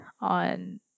on